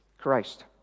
Christ